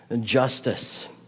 justice